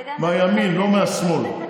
תני לי רגע להסביר לך מה היה בבחירות.